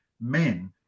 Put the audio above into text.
men